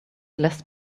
less